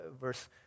verse